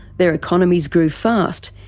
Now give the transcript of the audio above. their economies grew fast,